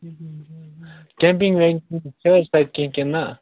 camping ویٚمپِنٛگ چھےٚ حظ تَتہِ کیٛنٚہہ کِنہٕ نہ